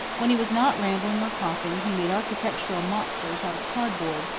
when he was not rambling or coughing he made architectural monsters out of cardboard,